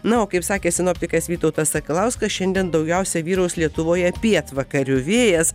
na o kaip sakė sinoptikas vytautas sakalauskas šiandien daugiausiai vyraus lietuvoje pietvakarių vėjas